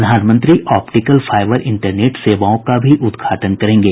प्रधानमंत्री optical fibre internet सेवाओं का भी उद्घाटन करेंगे